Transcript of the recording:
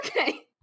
okay